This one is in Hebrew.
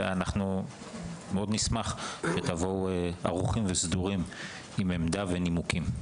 ונשמח מאוד שתבואו ערוכים וסדורים עם עמדה ונימוקים,